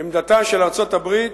עמדתה של ארצות-הברית,